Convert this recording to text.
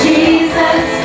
Jesus